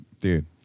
dude